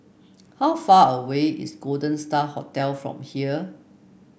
how far away is Golden Star Hotel from here